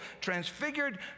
transfigured